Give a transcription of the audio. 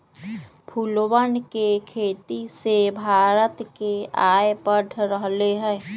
फूलवन के खेती से भारत के आय बढ़ रहले है